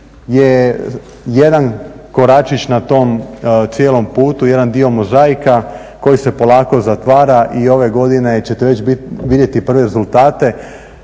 je jedan koračić na tom cijelom put, jedan dio mozaika koji se polako zatvara i ove godine ćete već vidjeti prve rezultate.